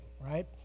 Right